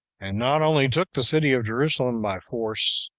and not only took the city of jerusalem by force,